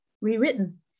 rewritten